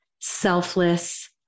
selfless